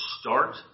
start